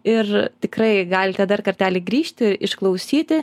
ir tikrai galite dar kartelį grįžti ir išklausyti